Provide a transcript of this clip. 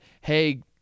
hey